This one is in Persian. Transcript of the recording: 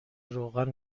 روغن